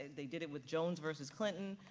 they did it with jones versus clinton,